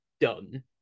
done